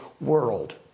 world